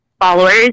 Followers